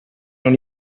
non